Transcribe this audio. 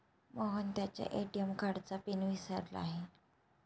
मोहन त्याच्या ए.टी.एम कार्डचा पिन विसरला आहे